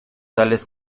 tales